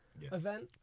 event